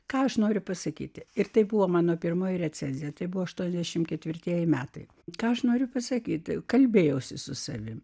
ką aš noriu pasakyti ir tai buvo mano pirmoji recenzija tai buvo aštuoniasdešimt ketvirtieji metai ką aš noriu pasakyti kalbėjausi su savimi